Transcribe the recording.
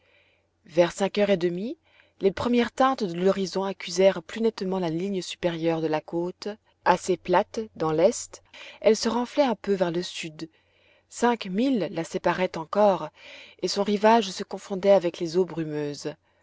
vers cinq heures et demie les premières teintes de l'horizon accusèrent plus nettement la ligne supérieure de la côte assez plate dans l'est elle se renflait un peu vers le sud cinq milles la séparaient encore et son rivage se confondait avec les eaux brumeuses